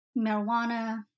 marijuana